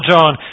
John